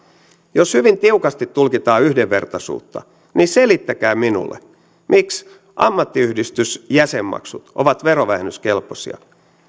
jos hyvin tiukasti tulkitaan yhdenvertaisuutta niin selittäkää minulle miksi ammattiyhdistysjäsenmaksut ovat verovähennyskelpoisia